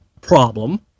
problem